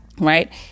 Right